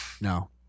No